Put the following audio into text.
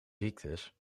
ziektes